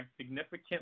significant